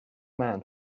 man